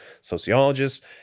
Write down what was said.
Sociologists